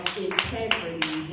integrity